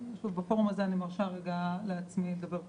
בפורום הזה אני מרשה לעצמי לדבר פתוח,